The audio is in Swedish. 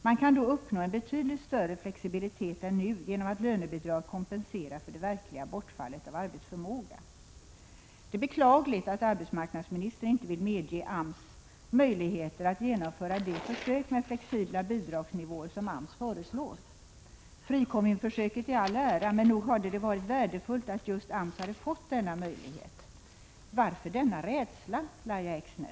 Man kan då uppnå en betydligt större flexibilitet än nu genom att lönebidraget kompenserar för det verkliga bortfallet av arbetsförmåga. Det är beklagligt att arbetsmarknadsministern inte vill medge AMS möjligheter att genomföra det försök med flexibla bidragsnivåer som AMS föreslår. Frikommunsförsöket i all ära, men nog hade det varit värdefullt att just AMS hade fått denna möjlighet. Varför denna rädsla, Lahja Exner?